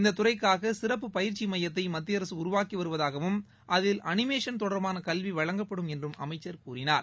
இந்த துறைக்காக சிறப்பு பயிற்சி மையத்தை மத்திய அரசு உருவாக்கி வருவதாகவும் அதில் அனிமேஷன் தொடர்பான கல்வி வழங்கப்படும் என்றும் அமைச்சர் கூறினார்